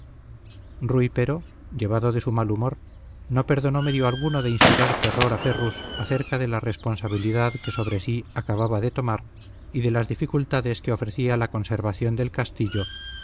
pero llevado de su mal humor no perdonó medio alguno de inspirar terror a ferrus acerca de la responsabilidad que sobre sí acababa de tomar y de las dificultades que ofrecía la conservación del castillo